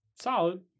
Solid